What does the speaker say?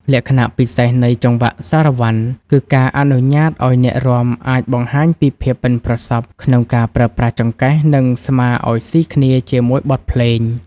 លក្ខណៈពិសេសនៃចង្វាក់សារ៉ាវ៉ាន់ គឺការអនុញ្ញាតឱ្យអ្នករាំអាចបង្ហាញពីភាពប៉ិនប្រសប់ក្នុងការប្រើប្រាស់ចង្កេះ និងស្មាឱ្យស៊ីគ្នាជាមួយបទភ្លេង។